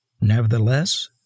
Nevertheless